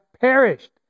perished